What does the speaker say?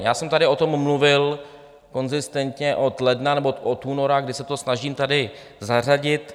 Já jsem tady o tom mluvil konzistentně od ledna nebo od února, kdy se to snažím tady zařadit.